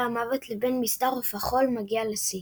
המוות לבין מסדר עוף החול מגיעה לשיא.